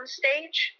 stage